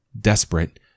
Desperate